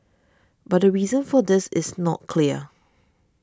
but the reason for this is not clear